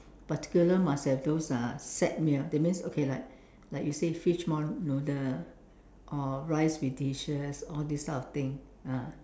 particular must have those uh set meal that means okay like like you say fishball noodle or rice with dishes all these type of thing ah